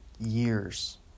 Years